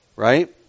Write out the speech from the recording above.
Right